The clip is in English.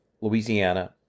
Louisiana